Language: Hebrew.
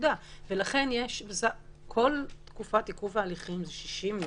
לכן כל תקופת עיכוב ההליכים זה 60 יום,